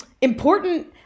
important